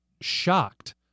shocked